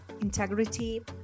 integrity